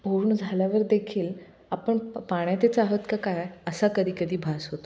पूर्ण झाल्यावर देखील आपण पाण्यात तेच आहोत का काय असा कधी कधी भास होत